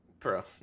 Bro